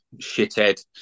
shithead